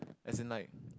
as in like